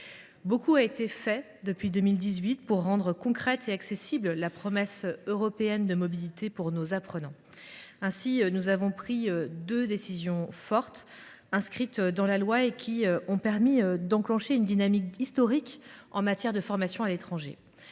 Beaucoup a été fait depuis 2018 pour rendre concrète et accessible la promesse européenne de mobilité pour nos « apprenants ». Ainsi avons nous pris deux décisions fortes, inscrites dans la loi, et qui ont permis d’enclencher une dynamique historique en matière de formation à l’étranger.